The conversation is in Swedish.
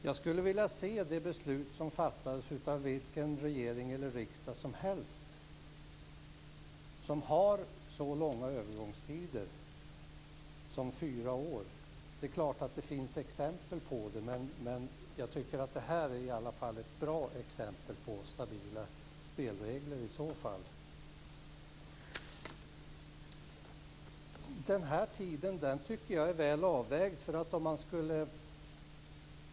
Jag skulle vilja se det beslut, fattat av vilken riksdag eller regering som helst, som har en så lång övergångstid som fyra år. Det är klart att det finns sådana exempel, men jag tycker att det här är ett bra exempel på stabila spelregler. Jag tycker att tiden i fråga är väl avvägd.